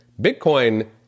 Bitcoin